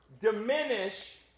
diminish